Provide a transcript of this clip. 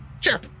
Sure